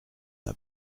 n’a